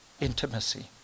intimacy